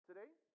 Today